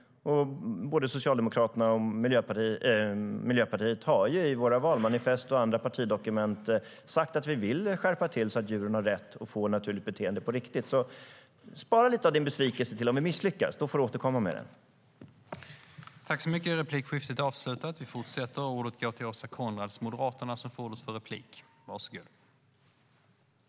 Både Socialdemokraterna och vi i Miljöpartiet har ju i våra valmanifest och i andra partidokument sagt att vi vill skärpa detta så att djuren på riktigt ska ha rätt till sitt naturliga beteende.